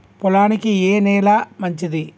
పొలానికి ఏ నేల మంచిది?